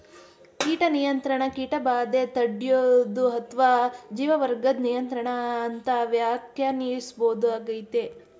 ಕೀಟ ನಿಯಂತ್ರಣ ಕೀಟಬಾಧೆ ತಡ್ಯೋದು ಅತ್ವ ಜೀವವರ್ಗದ್ ನಿಯಂತ್ರಣ ಅಂತ ವ್ಯಾಖ್ಯಾನಿಸ್ಬೋದಾಗಯ್ತೆ